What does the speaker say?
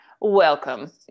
Welcome